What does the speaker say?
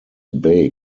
bay